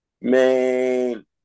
Man